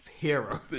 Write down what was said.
hero